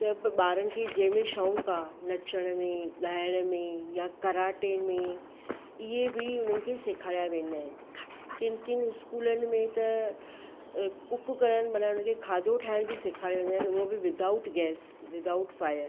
त बि ॿारनि खे जंहिंमें शौक़ु आहे नचण में ॻाइणु में या कराटे में इहे बि हुननि खे सेखारिया वेंदा आहिनि किनि किनि स्कूलनि में त कुक करणु माने उन्हनि खे खाधो ठाहिण बि सेखारे वेंदा आहिनि उहो बि विदाउट गैस विदाउट फायर